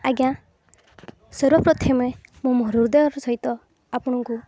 ଆଜ୍ଞା ସ୍ୱର୍ବପ୍ରଥମେ ମୁଁ ମୋ ହୃଦୟର ସହିତ ଆପଣଙ୍କୁ